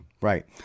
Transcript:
Right